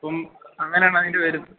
അപ്പം അങ്ങനെയാണ് അതിൻ്റെ പേരുന്നത്